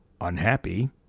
unhappy